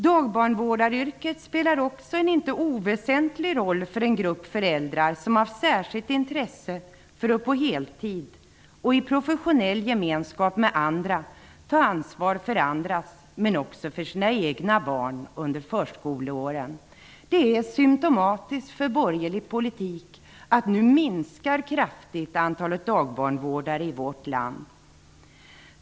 Dagbarnvårdaryrket spelar en inte oväsentlig roll för den grupp föräldrar som haft särskilt intresse av att på heltid och i professionell gemenskap med andra ta ansvar för andras men också för sina egna barn under förskoleåldern. Det är symtomatiskt för en borgerlig politik att antalet dagbarnvårdare nu kraftigt minskar i vårt land.